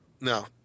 No